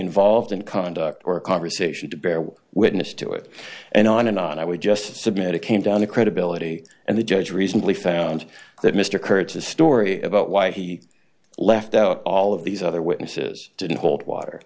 involved in conduct or conversation to bear witness to it and on and on i would just submit it came down to credibility and the judge recently found that mr kurtz a story about why he left out all of these other witnesses didn't hold water